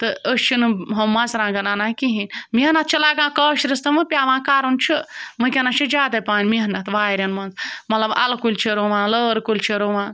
تہٕ أسۍ چھِنہٕ ہُم مَرژٕوانٛگَن اَنان کِہیٖنۍ محنت چھِ لگان کٲشرِس تہٕ وَ پیٚوان کَرُن چھُ وُنکیٚنَس چھِ زیادَے پَہَن محنت وارٮ۪ن منٛز مطلب اَلہٕ کُلۍ چھِ رُوان لٲر کُلۍ چھِ رُوان